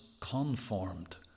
Conformed